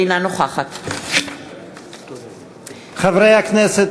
אינה נוכחת חברי הכנסת,